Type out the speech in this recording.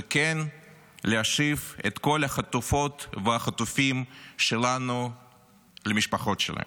וכן להשיב את כל החטופות והחטופים שלנו למשפחות שלהם.